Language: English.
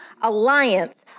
alliance